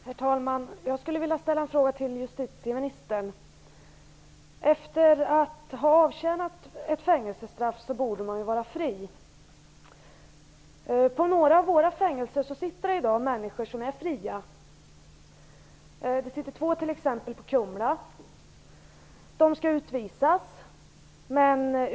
Herr talman! Jag vill ställa en fråga till justitieministern. Efter att ha avtjänat ett fängelsestraff borde man vara fri. På några av våra fängelser sitter i dag människor som är fria. På Kumlaanstalten t.ex. sitter två människor som skall utvisas.